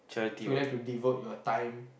so you like to devote your time